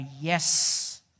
yes